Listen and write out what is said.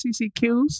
CCQs